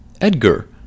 Edgar